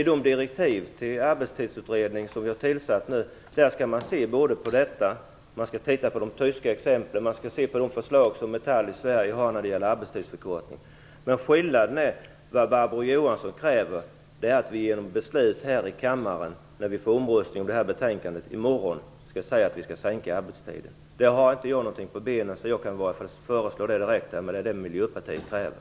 Enligt direktiven skall den arbetstidsutredning som vi har tillsatt titta på detta, på de tyska exemplen och på de förslag om arbetstidsförkortning som Metall i Sverige har. Skillnaden är att Barbro Johansson kräver att vi genom beslut här i kammaren, vid omröstningen om betänkandet i morgon, skall säga att vi förkortar arbetstiden. Jag har inte tillräckligt bra underlag för att föreslå det direkt här, men det är vad